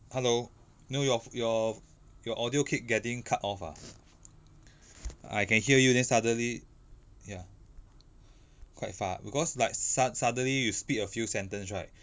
hello no your your your audio keep getting cut off ah I can hear you then suddenly ya quite far because like sud~ suddenly you speak a few sentence right